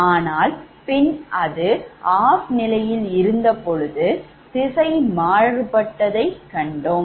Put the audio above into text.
ஆனால் பின் அது OFF நிலையில் இருந்தபொழுது திசை மாறுபட்டதை கண்டோம்